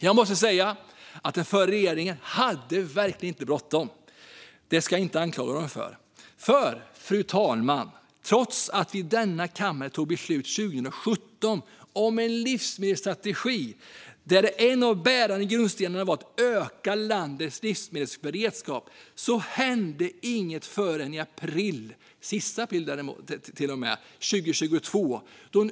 Jag måste säga att den förra regeringen inte kunde anklagas för att ha bråttom. Trots att vi i denna kammare 2017 tog beslut om en livsmedelsstrategi där en av de bärande grundstenarna var att öka landets livsmedelsberedskap hände inget förrän den 30 april 2022, fru talman.